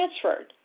transferred